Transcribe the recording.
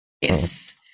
Yes